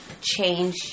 change